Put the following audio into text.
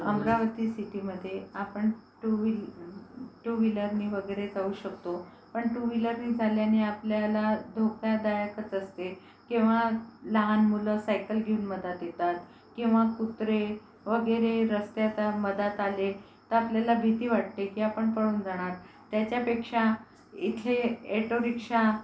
अमरावती सिटीमध्ये आपण टूव्हील टूव्हीलरने वगैरे जाऊ शकतो पण टूव्हीलरने चालल्याने आपल्याला धोकादायकच असते केव्हा लहान मुलं सायकल घेऊन मधात येतात केव्हा कुत्रे वगैरे रस्त्यात्या मधात आले तर आपल्याला भीती वाटते की आपण पळून जाणार त्याच्यापेक्षा इथे एटोरिक्षा